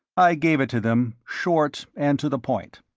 i gave it to them, short and to the point.